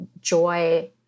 joy